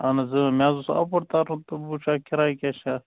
اَہن حظ مےٚ حظ اوس اَپور تَرُن تہٕ وٕچھہا کِراے کیٛاہ چھِ اَتھ